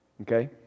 Okay